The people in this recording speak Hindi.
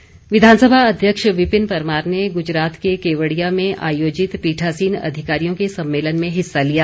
परमार विधानसभा अध्यक्ष विपिन परमार ने गुजरात के केवड़िया में आयोजित पीठासीन अधिकारियों के सम्मेलन में हिस्सा लिया